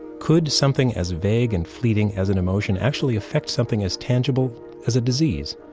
could something as vague and fleeting as an emotion actually affect something as tangible as a disease?